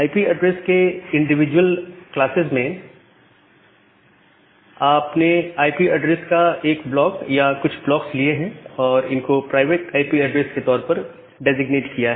IP address के individual classes से आपने आई पी एड्रेस का एक ब्लॉक या कुछ ब्लॉक्स लिए हैं और इनको प्राइवेट आई पी एड्रेस के तौर पर डेजिग्नेट किया है